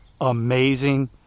amazing